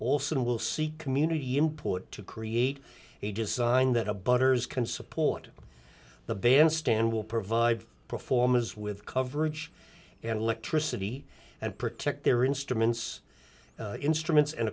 will see community input to create a design that a butters can support the bandstand will provide performers with coverage and electricity and protect their instruments instruments and